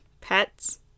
pets